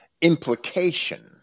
implication